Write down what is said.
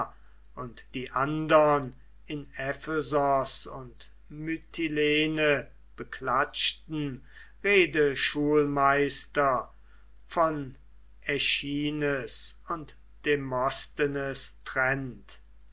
und die andern in ephesos und mytilene beklatschten redeschulmeister von aeschines und demosthenes trennt